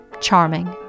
charming